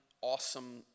awesome